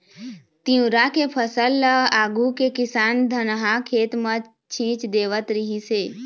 तिंवरा के फसल ल आघु के किसान धनहा खेत म छीच देवत रिहिस हे